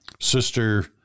Sister